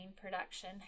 production